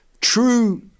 True